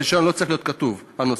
ברישיון לא צריך להיות כתוב הנושא,